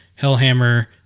hellhammer